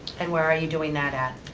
and where are you doing that at?